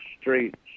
Streets